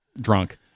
drunk